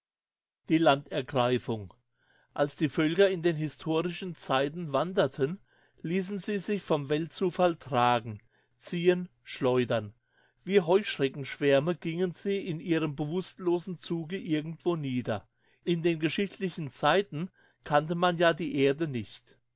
die landergreifung als die völker in den historischen zeiten wanderten liessen sie sich vom weltzufall tragen ziehen schleudern wie heuschreckenschwärme gingen sie in ihrem bewusstlosen zuge irgendwo nieder in den geschichtlichen zeiten kannte man ja die erde nicht